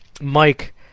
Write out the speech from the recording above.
Mike